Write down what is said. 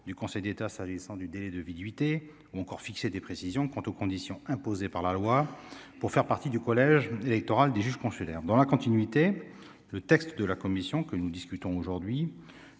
du Conseil d'État, s'agissant du délai de viduité ou encore fixé des précisions quant aux conditions imposées par la loi pour faire partie du collège électoral des juges consulaires dans la continuité, le texte de la commission que nous discutons aujourd'hui